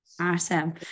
Awesome